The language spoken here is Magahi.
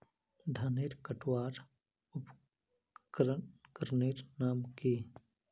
धानेर कटवार उपकरनेर नाम की?